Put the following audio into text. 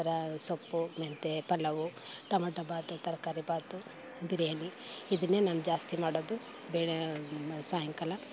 ಈ ಥರ ಸೊಪ್ಪು ಮೆಂತ್ಯ ಪಲಾವು ಟೊಮ್ಯಾಟೋ ಬಾತು ತರಕಾರಿ ಬಾತು ಬಿರಿಯಾನಿ ಇದನ್ನೇ ನಾನು ಜಾಸ್ತಿ ಮಾಡೋದು ಬೇರೆ ಮಾ ಸಾಯಂಕಾಲ